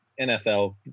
NFL